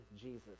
Jesus